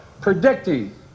predicting